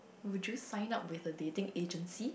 would you sign up with a dating agency